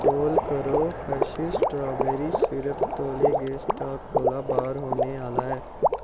तौल करो Hershey strawberry syrup तौले गै स्टाक कोला बाह्र होने आह्ला ऐ